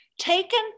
taken